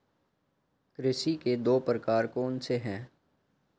कृषि के दो प्रकार कौन से हैं?